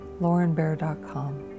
laurenbear.com